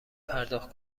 پرداخت